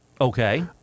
Okay